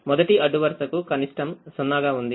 మొదటిఅడ్డువరుసకు కనిష్టం 0 గా ఉంది